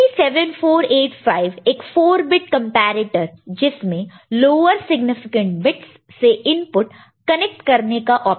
IC 7485 एक 4 bit comparator जिसमें lower significant bits से इनपुट कनेक्ट करने का ऑप्शन है